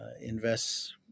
invests